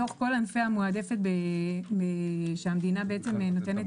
מתוך כל ענפי העבודה המועדפת שהמדינה נותנת